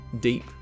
deep